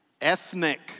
Ethnic